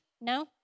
No